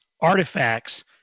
artifacts